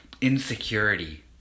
insecurity